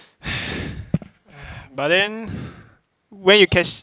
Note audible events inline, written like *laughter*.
*breath* but then when you cash